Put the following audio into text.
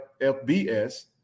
FBS